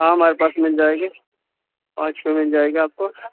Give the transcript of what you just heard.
ہاں ہمارے پاس مل جائے گی پانچ چھ کلو مل جائے گی آپ کو